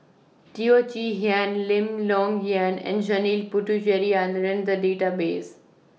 Teo Chee Hean Lim Long Yiang and Janil Puthucheary and in The Database